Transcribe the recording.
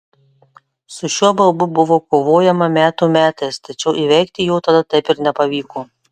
su šiuo baubu buvo kovojama metų metais tačiau įveikti jo tada taip ir nepavyko